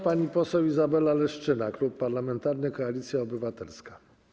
Pani poseł Izabela Leszczyna, Klub Parlamentarny Koalicja Obywatelska.